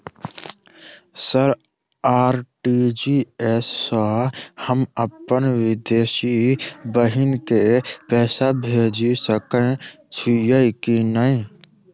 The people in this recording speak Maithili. सर आर.टी.जी.एस सँ हम अप्पन विदेशी बहिन केँ पैसा भेजि सकै छियै की नै?